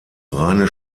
reine